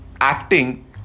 acting